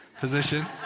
position